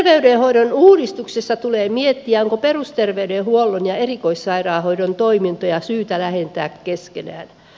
terveydenhoidon uudistuksessa tulee miettiä onko perusterveydenhuollon ja erikoissairaanhoidon toimintoja syytä lähentää keskenään